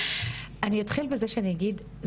אני אתחיל בזה שאני אגיד,